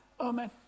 Amen